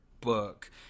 book